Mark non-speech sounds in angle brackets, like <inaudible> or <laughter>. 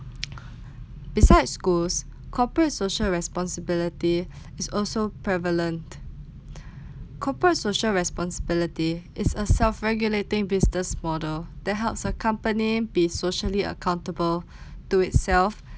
<noise> besides schools corporate social responsibility <breath> is also prevalent <breath> corporate social responsibility is a self-regulating business model that helps a company be socially accountable <breath> to itself <breath>